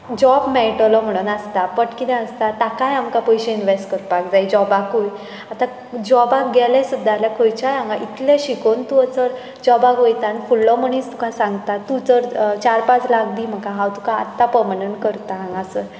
job मेळटलो म्हुणून आसता बट कितें आसता ताकाय आमकां पयशे इनवॅस्ट करपाक जाय जॉबाकूय आतां जॉबाक गेलें सुद्दां आल्यार खंयच्याय हांगा इतलें शिकून तूं जर जॉबाक वयता आनी फुडलो मनीस तुका सांगता तूं जर चार पांच लाख दी म्हाका हांव तुका आत्तां पर्मनण्ट करतां हांगासर